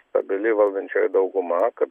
stabili valdančioji dauguma kad